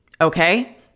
Okay